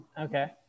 Okay